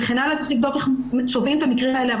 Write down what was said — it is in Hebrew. צריך לבדוק איך צובעים את המקרים האלה,